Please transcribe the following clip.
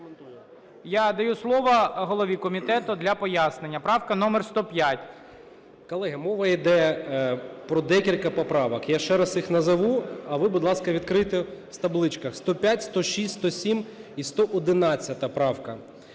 Я даю слово голові комітету для пояснення, правка номер 105. 13:15:09 МОНАСТИРСЬКИЙ Д.А. Колеги, мова йде про декілька поправок, я ще раз їх назву, а ви, будь ласка, відкрийте в табличках: 105, 106, 107 і 111 правка.